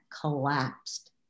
collapsed